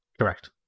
Correct